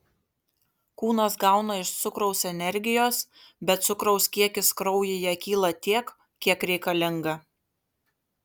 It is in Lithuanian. kūnas gauna iš cukraus energijos bet cukraus kiekis kraujyje kyla tiek kiek reikalinga